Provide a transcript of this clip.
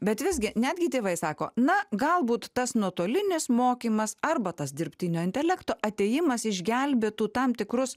bet visgi netgi tėvai sako na galbūt tas nuotolinis mokymas arba tas dirbtinio intelekto atėjimas išgelbėtų tam tikrus